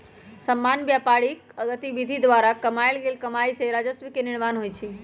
सामान्य व्यापारिक गतिविधि द्वारा कमायल गेल कमाइ से राजस्व के निर्माण होइ छइ